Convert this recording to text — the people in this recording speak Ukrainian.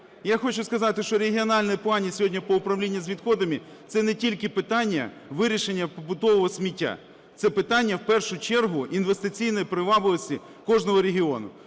Я хочу сказати, що регіональні плани сьогодні по управлінню з відходами - це не тільки питання вирішення побутового сміття, це питання, в першу чергу, інвестиційної привабливості кожного регіону.